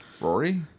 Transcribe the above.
Rory